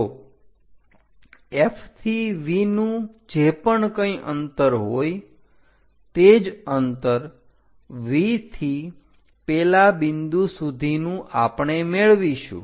તો F થી V નું જે પણ કઈ અંતર હોય તે જ અંતર V થી પેલા બિંદુ સુધીનું આપણે મેળવીશું